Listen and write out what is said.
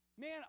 Man